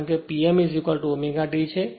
કારણ કે Pm ω T છે